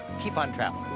keep on traveling.